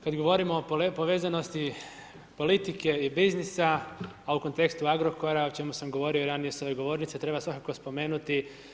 Kada govorimo o povezanosti politike i biznisa, a u kontekstu Agrokora o čemu sam govorio i ranije s ove govornice, treba svakako spomenuti.